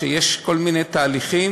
כשיש כל מיני תהליכים,